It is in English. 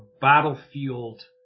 battlefield